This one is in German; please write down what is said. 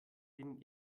denen